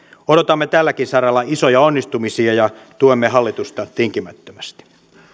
odotamme tälläkin saralla isoja onnistumisia ja tuemme hallitusta tinkimättömästi